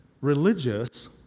religious